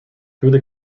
through